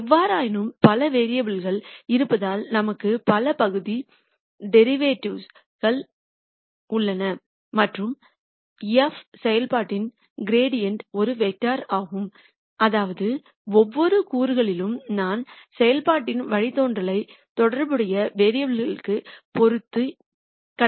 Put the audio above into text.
எவ்வாறாயினும் பல வேரியபுல் கள் இருப்பதால் நமக்கு பல பகுதி டெரிவேட்டிவ்ஸ் கள் உள்ளன மற்றும் f செயல்பாட்டின் கிரேடயன்ட் ஒரு வெக்ட்டார் ஆகும் அதாவது ஒவ்வொரு கூறுகளிலும் நான் செயல்பாட்டின் வழித்தோன்றலை தொடர்புடைய வேரியபுல் க்கு பொறுத்து கணக்கிடுகிறேன்